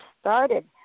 started